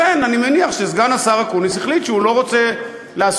לכן אני מניח שסגן השר אקוניס החליט שהוא לא רוצה לעשות,